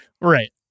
Right